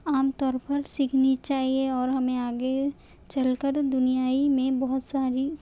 عام طور پر سیکھنی چاہیے اور ہمیں آگے چل کر دنیا ہی میں بہت ساری